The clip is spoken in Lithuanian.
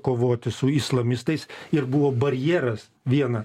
kovoti su islamistais ir buvo barjeras viena